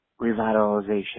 revitalization